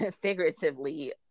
figuratively